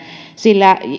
sillä